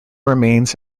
remains